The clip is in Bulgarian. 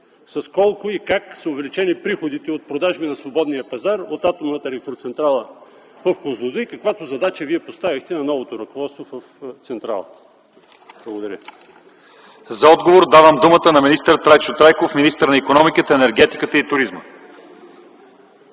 с колко и как са увеличени приходите от продажби на свободния пазар от Атомната електроцентрала в Козлодуй, каквато задача Вие поставихте на новото ръководство в централата? Благодаря. ПРЕДСЕДАТЕЛ ЛЪЧЕЗАР ИВАНОВ : За отговор давам думата на господин Трайчо Трайков – министър на икономиката, енергетиката и туризма.